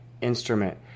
instrument